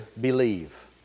believe